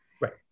Right